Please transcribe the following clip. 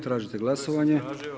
Tražite glasovanje?